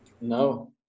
no